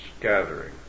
gathering